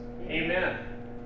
Amen